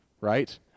Right